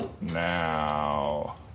Now